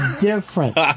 different